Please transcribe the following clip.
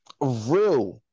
real